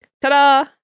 Ta-da